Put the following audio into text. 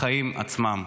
החיים עצמם.